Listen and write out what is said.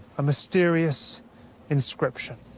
a mysterious inscription,